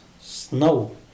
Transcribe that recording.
snow